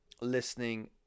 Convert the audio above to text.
listening